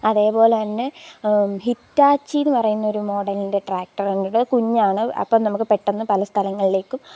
അതേ പോലെ തന്നെ ഹിറ്റാച്ചി എന്നു പറയുന്ന ഒരു മോഡലിന്റെ ട്രാക്ക്റ്റർ കണ്ടിട്ടുണ്ട് അതു കുഞ്ഞാണ് അപ്പം നമുക്ക് പെട്ടെന്ന് പല സ്ഥലങ്ങളിലേക്കും